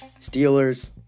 Steelers